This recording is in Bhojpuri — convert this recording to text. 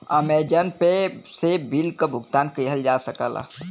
अमेजॉन पे से बिल क भुगतान किहल जा सकला